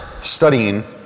studying